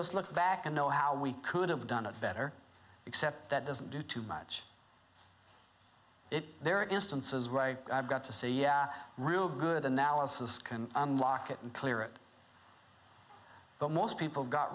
us look back and know how we could have done it better except that doesn't do too much it there are instances where i got to say yeah real good analysis can unlock it and clear it but most people got